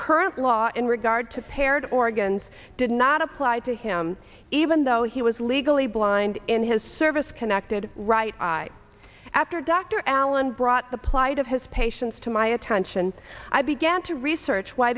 current law in regard to parrot organs did not apply to him even though he was legally blind in his service connected right after dr allen brought the plight of his patients to my attention i began to research why